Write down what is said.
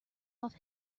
off